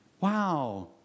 wow